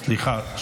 סליחה.